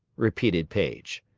repeated paige.